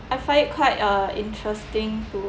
I find it quite uh interesting to